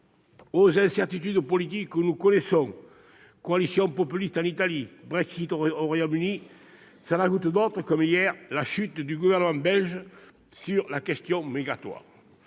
Aux incertitudes politiques que nous connaissions- coalition populiste en Italie, Brexit au Royaume-Uni -s'en ajoutent d'autres, comme la chute du gouvernement belge hier sur la question migratoire.